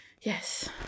Yes